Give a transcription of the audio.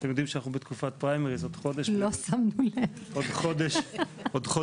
אתם יודעים שאנחנו בתקופת פריימריז עוד חודש בערך.